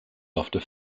after